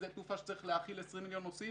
שדה תעופה שצריך להכיל 20 מיליון נוסעים